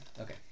okay